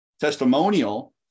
testimonial